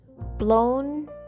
blown